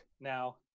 now